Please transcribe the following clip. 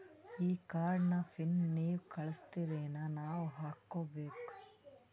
ಈ ಕಾರ್ಡ್ ನ ಪಿನ್ ನೀವ ಕಳಸ್ತಿರೇನ ನಾವಾ ಹಾಕ್ಕೊ ಬೇಕು?